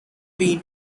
been